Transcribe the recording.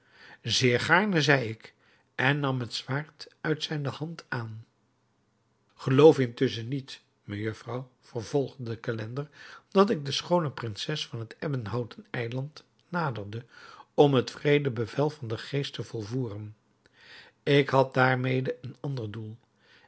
zeer gaarne zeide ik en nam het zwaard uit zijne hand aan geloof intusschen niet mejufvrouw vervolgde de calender dat ik de schoone prinses van het ebbenhouten eiland naderde om het wreede bevel van den geest te volvoeren ik had daarmede een ander doel